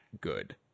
good